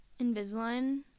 Invisalign